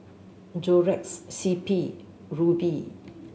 Xorex C P Rubi